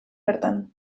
bertan